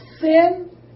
sin